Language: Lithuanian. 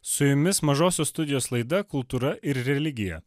su jumis mažosios studijos laida kultūra ir religija